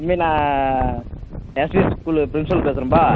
தம்பி நான் SV school principal பேசுகிறேன்ப்பா